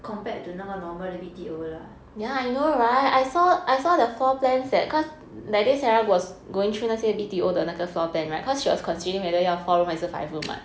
compared to 那个 normal 的 B_T_O lah